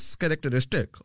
characteristic